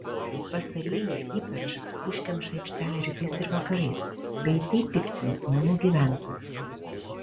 pastarieji ypač užkemša aikštelę rytais ir vakarais bei taip piktina namų gyventojus